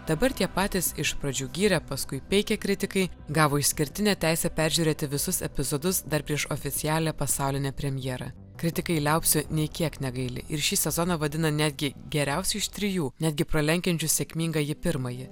dabar tie patys iš pradžių gyrę paskui peikę kritikai gavo išskirtinę teisę peržiūrėti visus epizodus dar prieš oficialią pasaulinę premjerą kritikai liaupsių nei kiek negaili ir šį sezoną vadina netgi geriausiu iš trijų netgi pralenkiančių sėkmingąjį pirmąjį